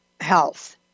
Health